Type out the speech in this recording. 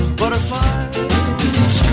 butterflies